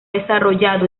desarrollado